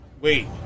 wait